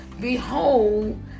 Behold